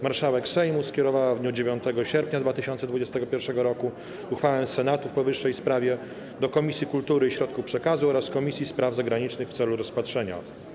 Marszałek Sejmu skierowała w dniu 9 sierpnia 2021 r. uchwałę Senatu w powyższej sprawie do Komisji Kultury i Środków Przekazu oraz Komisji Spraw Zagranicznych w celu rozpatrzenia.